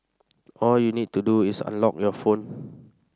all you'll need to do is unlock your phone